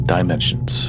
Dimensions